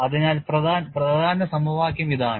അതിനാൽ പ്രധാന സമവാക്യം ഇതാണ്